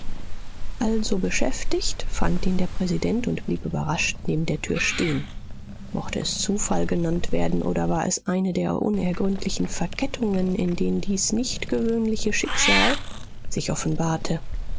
also beschäftigt fand ihn der präsident und blieb überrascht neben der tür stehen mochte es zufall genannt werden oder war es eine der unergründlichen verkettungen in denen dies nicht gewöhnliche schicksal sich offenbarte